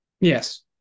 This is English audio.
Yes